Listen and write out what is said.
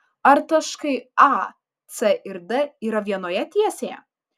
ar taškai a c ir d yra vienoje tiesėje